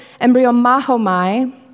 embryomahomai